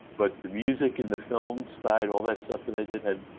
but the music and the films side, all that stuff that i did had.